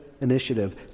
initiative